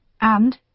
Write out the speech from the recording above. And